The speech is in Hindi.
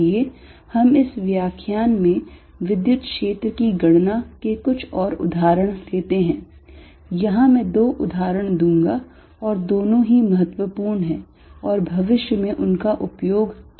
आइए हम इस व्याख्यान में विद्युत् क्षेत्र की गणना के कुछ और उदाहरण लेते हैं यहां मैं दो उदाहरण दूंगा और दोनों ही महत्वपूर्ण हैं और भविष्य में उनका उपयोग किया जाएगा